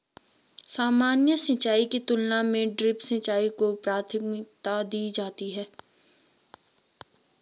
सामान्य सिंचाई की तुलना में ड्रिप सिंचाई को प्राथमिकता दी जाती है